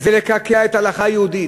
זה לקעקע את ההלכה היהודית,